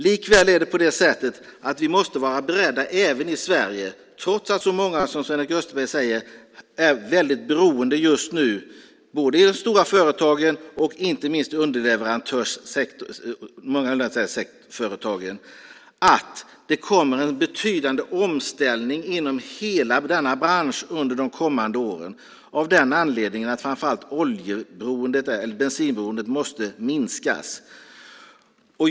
Likväl är det på det sättet att vi måste vara beredda även i Sverige, trots att så många som Sven-Erik Österberg säger är väldigt beroende just nu i de stora företagen och inte minst bland underleverantörerna, på att det kommer att ske en betydande omställning inom hela denna bransch under de kommande åren av den anledningen att framför allt bensinberoendet måste minskas.